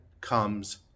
comes